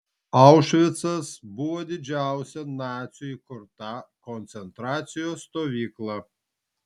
aušvicas buvo didžiausia nacių įkurta koncentracijos stovykla